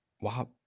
Wow